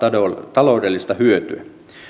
taloudellista hyötyä